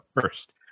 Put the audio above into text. first